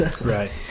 Right